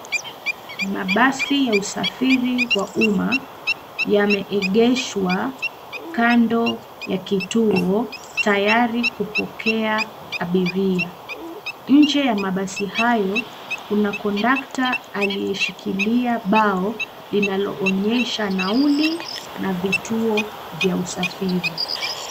Mabasi ya usafiri wa umma yame egeshwa kando ya kituo tayari kupokea abiria. Nje ya mabasi hayo, kuna kondakta aliyeshikilia bao linalo onyesha nauli na vituo vya usafiri.